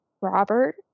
Robert